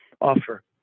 offer